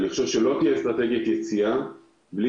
אני חושב שלא תהיה לנו אסטרטגיית יציאה בלי